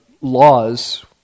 laws